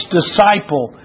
disciple